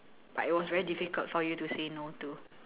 but it was very difficult for you to say no to